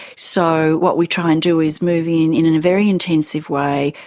so what we try and do is move in, in in a very intensive way,